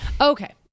Okay